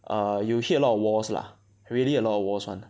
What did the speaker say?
err you hit a lot walls lah really a lot of walls [one]